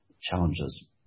challenges